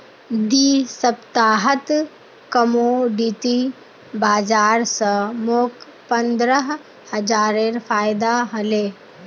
दी सप्ताहत कमोडिटी बाजार स मोक पंद्रह हजारेर फायदा हले